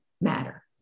matter